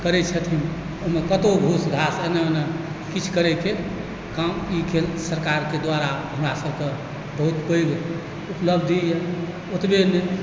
करै छथिन ओहिमे कतहु घुस घास एम्हर ओम्हर किछु करयकेँ काज ई केन्द्र सरकारके द्वारा हमरा सभके बहुत पैघ उपलब्धि यऽ ओतबे नहि